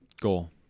goal